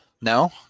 No